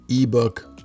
ebook